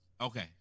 Okay